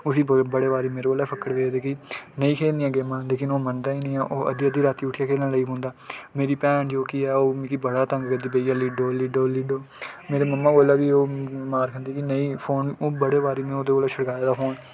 उसी बड़े बारी मेरे कोला बी फक्कड पे नेई खेलनियां गेमां लेकिन ओह् मन्नदा ई निं ऐ ओह् अद्धी अद्धी रातीं उट्ठी जंदा खेलन लेई पौंदा मेरी भैन जोह्की ऐ ओह् मिकी बड़ा तंग करदी भेइया लिडो लिडो लिडो मेरी मम्मा कोला बी ओह् मार खंदी में उं'दे कोला छड़काए दा फोन